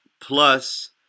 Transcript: plus